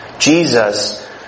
Jesus